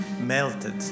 melted